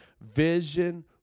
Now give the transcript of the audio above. Vision